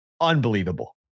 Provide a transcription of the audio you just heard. unbelievable